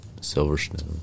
Silverstone